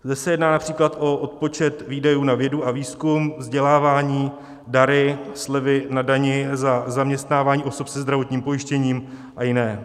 Zde se jedná například o odpočet výdajů na vědu a výzkum, vzdělávání, dary, slevy na dani za zaměstnávání osob se zdravotním postižením a jiné.